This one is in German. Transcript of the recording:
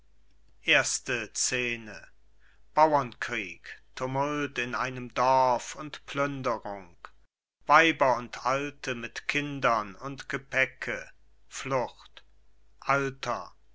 bauernkrieg tumult in einem dorf und plünderung weiber und alte mit kindern und gepäcke flucht alter